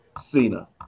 Cena